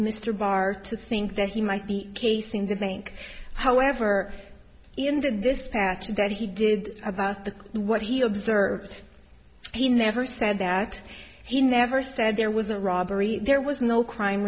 mr barr to think that he might be casing the bank however in this batch that he did about the what he observed he never said that he never said there was a robbery there was no crime